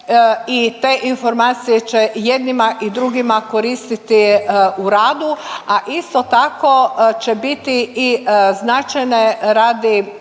i te informacije će i jednima i drugima koristiti u radu, a isto tako će biti značajne radi